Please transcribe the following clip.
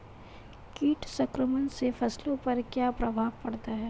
कीट संक्रमण से फसलों पर क्या प्रभाव पड़ता है?